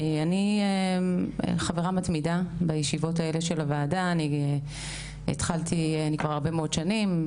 אני חברה מתמידה בישיבות האלה של הוועדה כבר הרבה מאוד שנים.